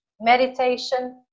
meditation